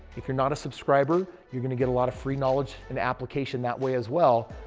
if you're not a subscriber, you're going to get a lot of free knowledge and application that way as well.